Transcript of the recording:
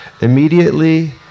Immediately